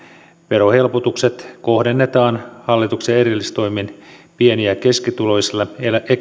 verohelpotukset kohdennetaan hallituksen erillistoimin pieni ja keskituloisille